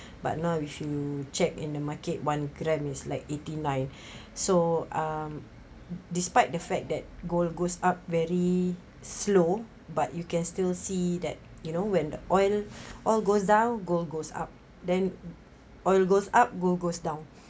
but now if you check in the market one gram is like eighty nine so um despite the fact that gold goes up very slow but you can still see that you know when oil all goes down gold goes up then oil goes up gold goes down